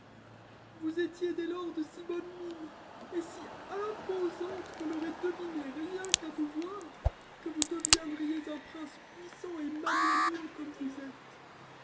vous étiez dès lors de si bonne mine et si imposante qu'on aurait deviné rien qu'à vous voir que vous deviendriez un prince puissant et magnanime comme vous êtes